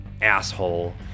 asshole